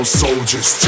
soldiers